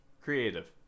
creative